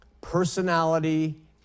Personality